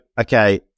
okay